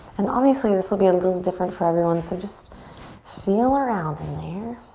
and obviously, this will be a little different for everyone so just feel around in there.